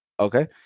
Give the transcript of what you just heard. Okay